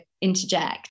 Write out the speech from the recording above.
interject